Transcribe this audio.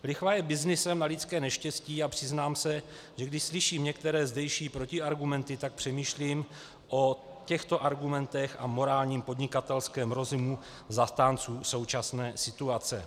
Lichva je byznysem na lidské neštěstí a přiznám se, že když slyším některé zdejší protiargumenty, tak přemýšlím o těchto argumentech a morálním podnikatelském rozumu zastánců současné situace.